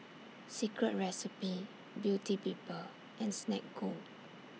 Secret Recipe Beauty People and Snek Ku